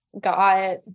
got